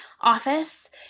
office